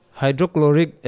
hydrochloric